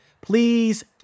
please